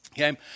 Okay